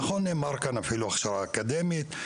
נכון נאמר כאן, אפילו הכשרה אקדמית.